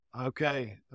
okay